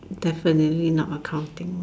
definitely not accounting